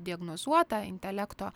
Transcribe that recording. diagnozuotą intelekto